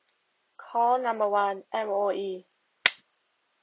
call number one M_O_E